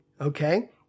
okay